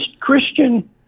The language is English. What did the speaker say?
Christian